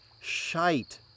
shite